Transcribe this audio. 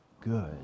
good